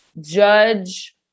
judge